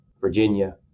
Virginia